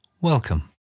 Welcome